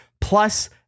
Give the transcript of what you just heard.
Plus